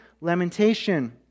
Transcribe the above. Lamentation